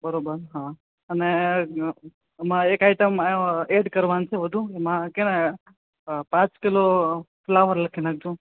બરોબર હા અને એમાં આઇટમ એડ કરવાની છે વધુ એમાં છેને આમાં પાંચ કિલો ફ્લાવર લખી નાખજો